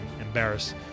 embarrass